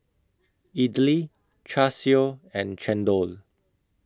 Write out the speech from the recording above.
Idly Char Siu and Chendol